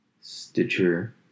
Stitcher